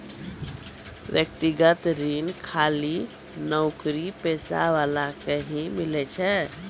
व्यक्तिगत ऋण खाली नौकरीपेशा वाला ही के मिलै छै?